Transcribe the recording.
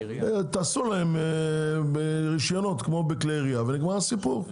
תעשו רישיונות כמו בכלי ירייה ונגמר הסיפור,